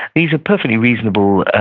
these are perfectly reasonable